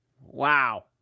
Wow